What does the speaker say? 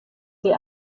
sie